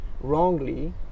wrongly